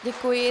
Děkuji.